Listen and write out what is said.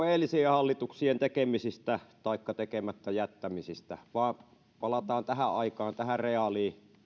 edellisten hallituksien tekemisistä taikka tekemättä jättämisistä vaan palataan tähän aikaan tähän reaaliaikaan